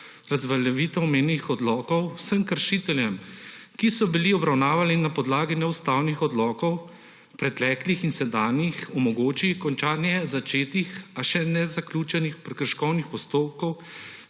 razveljavitev omenjenih odlokov vsem kršiteljem, ki so bili obravnavani na podlagi neustavnih odlokov, preteklih in sedanjih, omogoči končanje začetih, a še nezaključenih prekrškovnih postopkov,